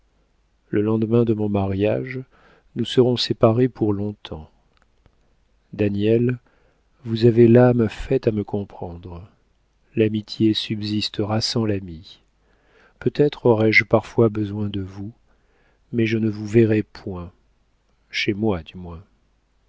le lendemain de mon mariage nous serons séparés pour longtemps daniel vous avez l'âme faite à me comprendre l'amitié subsistera sans l'ami peut-être aurai-je parfois besoin de vous mais je ne vous verrai point chez moi du moins